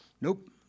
Nope